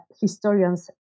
historians